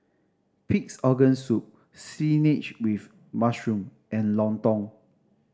Pig's Organ Soup with mushroom and lontong